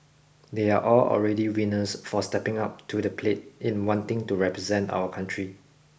they are all already winners for stepping up to the plate in wanting to represent our country